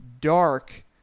dark